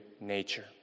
nature